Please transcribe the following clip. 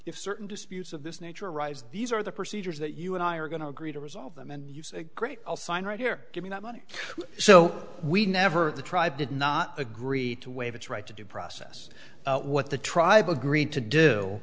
if certain disputes of this nature arise these are the procedures that you and i are going to agree to resolve them and you say great i'll sign right here give me that money so we never the tribe did not agree to waive its right to due process what the tribe agreed to do